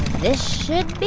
this should be